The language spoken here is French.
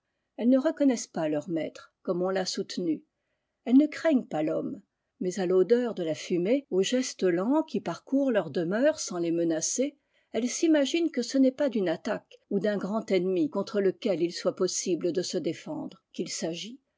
elles ne reconnaissent pas leur maître comme on ta soutenu elles ne craignent pas l'homme mais à l'odeur de la fumée aux gestes lents qui parcourent leur demeure sans les menacer elles s'imaginent que ce n'est pas d une attaque ou d un grand ennemi contre lequel il soit possible de se défendre qu'il s'agit